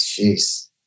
jeez